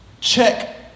check